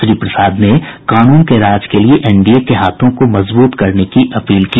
श्री प्रसाद ने कानून के राज के लिए एनडीए के हाथों को मजबूत करने की अपील की